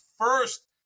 first